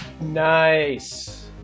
Nice